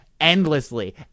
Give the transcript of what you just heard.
endlessly